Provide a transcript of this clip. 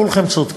כולכם צודקים.